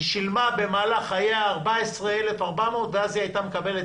היא שילמה במהלך חייה 14,400 שקלים ואז היא הייתה מקבלת